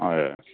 हजुर